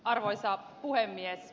arvoisa puhemies